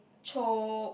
Chope